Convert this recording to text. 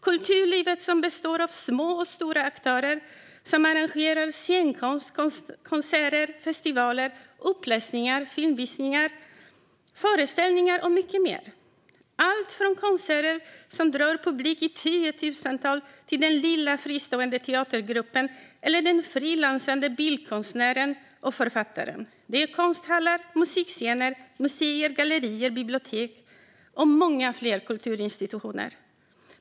Kulturlivet består av små och stora aktörer som arrangerar scenkonst, konserter, festivaler, uppläsningar, filmvisningar, föreställningar och mycket mer - allt från konserter som drar publik i tiotusental till den lilla fristående teatergruppen eller den frilansande bildkonstnären och författaren. Det handlar om konsthallar, musikscener, museer, gallerier, bibliotek och många fler kulturinstitutioner.